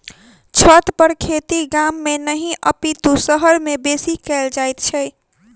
छतपर खेती गाम मे नहि अपितु शहर मे बेसी कयल जाइत छै